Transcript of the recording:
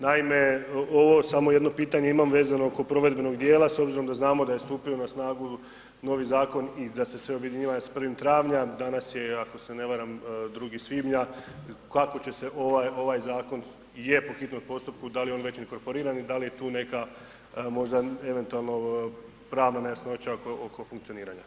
Naime, ovo samo jedno pitanje imam vezano oko provedbenog dijela, s obzirom da znamo da je stupio na snagu novi zakon i da se sve objedinjava s 1. travnja, danas je, ako se ne varam 2. svibnja, kako će se ovaj zakon, je po hitnom postupku, da li je on već inkorporiran i da li je tu neka možda eventualna nejasnoća oko funkcioniranja?